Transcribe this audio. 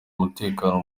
umutekano